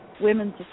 women's